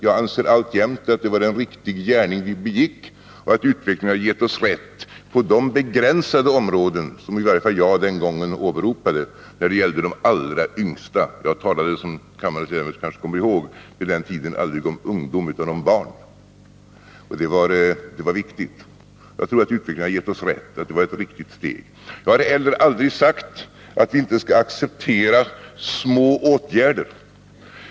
Jag anser alltjämt att det var en riktig gärning vi begick och att utvecklingen har givit oss rätt på de begränsade områden som i varje fall jag den gången åberopade när det gällde de allra yngsta. Jag talade, som kammarens ledamöter kanske kommer ihåg, på den tiden aldrig om ungdom utan om barn. Jag tror att det beslutet var ett riktigt steg och att utvecklingen har gett oss rätt. Jag har heller aldrig sagt att vi inte skall acceptera små åtgärder.